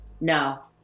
No